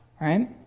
right